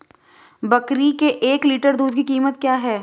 बकरी के एक लीटर दूध की कीमत क्या है?